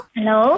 Hello